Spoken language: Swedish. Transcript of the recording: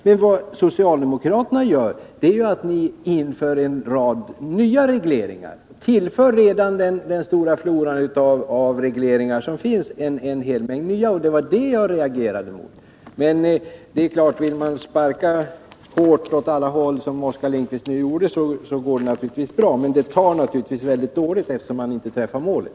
Vad ni socialdemokrater nu gör är att ni tillför den redan stora floran av regleringar en hel mängd nya. Det var det som jag reagerade emot. Det är klart att det går bra att sparka hårt åt alla håll — som Oskar Lindkvist gjorde — men det tar naturligtvis mycket dåligt, eftersom man inte träffar målet.